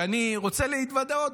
ואני רוצה להתוודות.